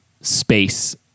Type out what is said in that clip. space